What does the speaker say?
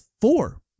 four